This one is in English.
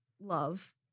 love